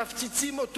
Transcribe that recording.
אמרו: זה רעיון טוב.